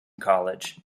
college